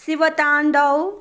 Shiv Tandav